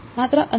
માત્ર અંદર